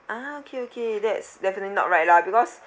ah okay okay that's definitely not right lah because